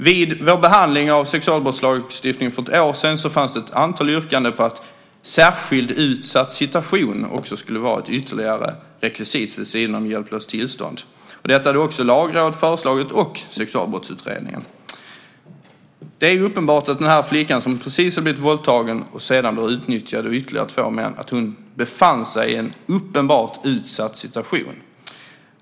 Vid vår behandling av sexualbrottslagstiftningen för ett år sedan fanns det ett antal yrkanden på att särskilt utsatt situation också skulle vara ett ytterligare rekvisit vid sidan av hjälplöst tillstånd. Detta hade också Lagrådet och Sexualbrottsutredningen föreslagit. Det är uppenbart att den här flickan, som precis blivit våldtagen och sedan blir utnyttjad av ytterligare två män, befann sig i en uppenbart utsatt situation.